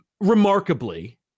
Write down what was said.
remarkably